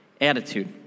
attitude